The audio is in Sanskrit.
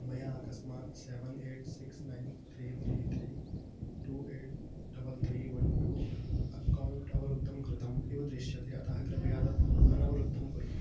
मया अकस्मात् seven eight six nine three three three two eight double three one two account अवरुद्धं कृतम् इव दृश्यते अतः कृपया तत् अनवरुद्धं कुरु